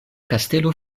kastelo